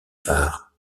phares